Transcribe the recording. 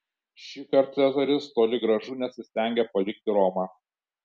šįkart cezaris toli gražu nesistengė palikti romą